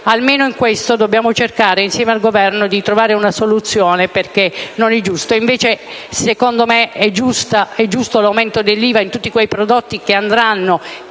almeno in questo caso, dobbiamo cercare, insieme al Governo, di trovare una soluzione perché non è giusto tale aumento. Invece, secondo me, è giusto l'aumento dell'IVA per tutti quei prodotti che vanno